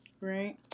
right